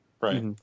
Right